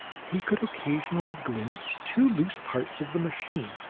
he could occasionally glimpse two loose parts of the machine,